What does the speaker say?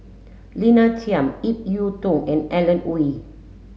Lina Chiam Ip Yiu Tung and Alan Oei